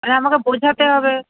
আরে আমাকে বোঝাতে হবে